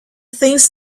things